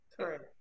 correct